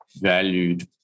valued